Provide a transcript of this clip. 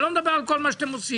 אני לא מדבר על כל מה שאתם עושים.